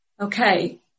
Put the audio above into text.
Okay